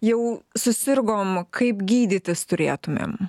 jau susirgom kaip gydytis turėtumėm